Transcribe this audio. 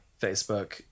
Facebook